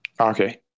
Okay